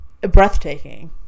breathtaking